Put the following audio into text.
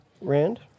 Rand